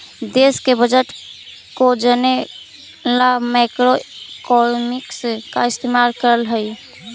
देश के बजट को जने ला मैक्रोइकॉनॉमिक्स का इस्तेमाल करल हई